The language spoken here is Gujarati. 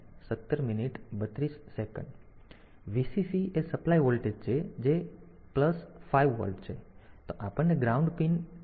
તેથી Vcc એ સપ્લાય વોલ્ટેજ છે જે 5 વોલ્ટ છે તો આપણને ગ્રાઉન્ડ પિન 20 મળ્યો છે જે ગ્રાઉન્ડ પિન છે